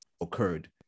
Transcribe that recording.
occurred